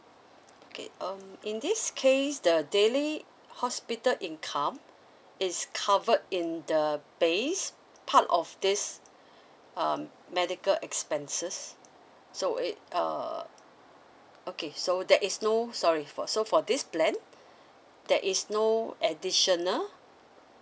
okay um in this case the daily hospital income it's covered in the base part of this um medical expenses so it err okay so that is no sorry for so for this plan there is no additional